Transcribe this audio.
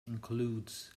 includes